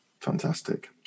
Fantastic